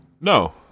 No